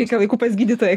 reikia laiku pas gydytoją